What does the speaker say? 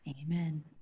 Amen